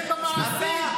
אתם, במעשים.